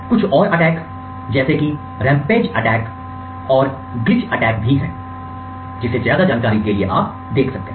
कुछ और attack rampage attack और glitch अटैक भी है जिसे ज्यादा जानकारी के लिए देख सकते हैं